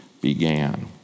began